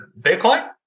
Bitcoin